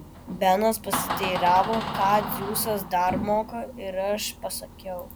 benas pasiteiravo ką dzeusas dar moka ir aš pasakiau